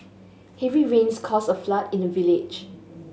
heavy rains caused a flood in the village